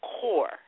core